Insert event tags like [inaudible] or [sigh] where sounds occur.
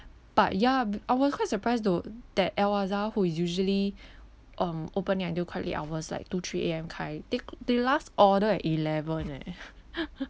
but ya b~ I was quite surprised though that al azhar who is usually um opening until quite late hours like two three A_M kind they they last order at eleven leh [laughs]